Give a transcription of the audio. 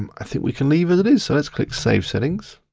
um i think we can leave as it is. so let's click save settings.